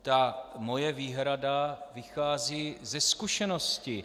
Ta moje výhrada vychází ze zkušenosti.